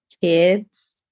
kids